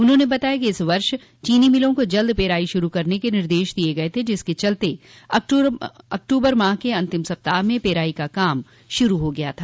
उन्होंने बताया कि इस वर्ष चीनी मिलों को जल्द पेराई श्रू करने के निर्देश दिये गये थे जिसके चलते अक्टूबर माह के अन्तिम सप्ताह में पेराई का काम शुरू हो गया था